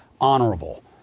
honorable